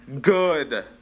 good